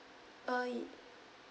uh